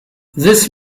this